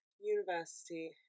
university